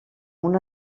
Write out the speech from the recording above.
una